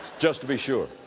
just to be sure.